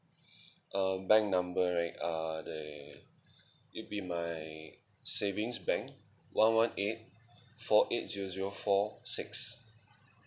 uh bank number right ah the it'd be my savings bank one one eight four eight zero zero four six